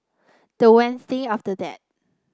the Wednesday after that